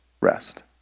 rest